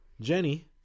Jenny